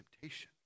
temptation